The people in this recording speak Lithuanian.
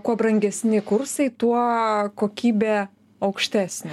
kuo brangesni kursai tuo kokybė aukštesnė